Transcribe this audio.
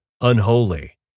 unholy